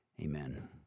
Amen